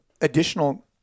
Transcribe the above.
additional